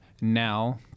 now